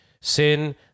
sin